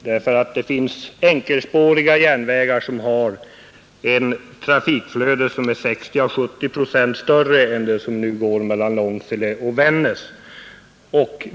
Det finns nämligen enkelspåriga järnvägar som har en trafik som är 60 & 70 procent större än den nuvarande mellan Långsele och Vännäs.